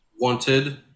wanted